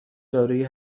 دارویی